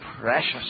precious